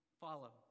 follow